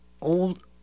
old